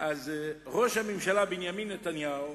ראש הממשלה בנימין נתניהו